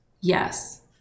Yes